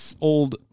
old